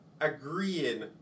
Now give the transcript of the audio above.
agreeing